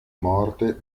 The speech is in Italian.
morte